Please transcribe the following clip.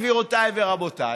גבירותיי ורבותיי,